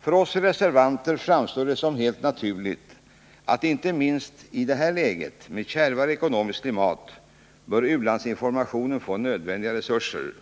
För oss reservanter framstår det som helt naturligt att inte minst i det här läget med kärvare ekonomiskt klimat bör u-landsinformationen få nödvändiga resurser.